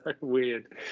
weird